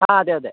ആ അതെ അതെ